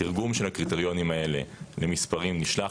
התרגום של הקריטריונים האלה למספרים נשלח